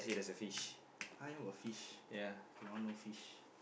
got fish k my one no fish